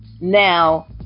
now